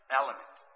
element